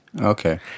Okay